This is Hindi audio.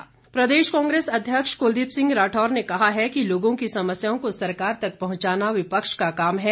कांग्रेस प्रदेश कांग्रेस अध्यक्ष कुलदीप सिंह राठौर ने कहा है कि लोगों की समस्याओं को सरकार तक पहुंचाना विपक्ष का काम है